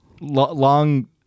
Long